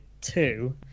two